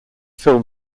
film